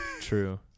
True